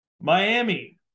Miami